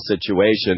situation